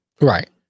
Right